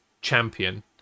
champion